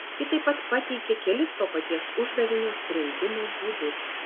ji taip pat pateikė kelis to paties uždavinio sprendimo būdus